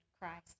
Christ